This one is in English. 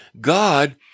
God